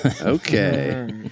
Okay